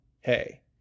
hey